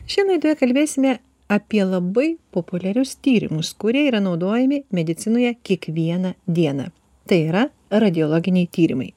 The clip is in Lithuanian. šiandien laidoje kalbėsime apie labai populiarius tyrimus kurie yra naudojami medicinoje kiekvieną dieną tai yra radiologiniai tyrimai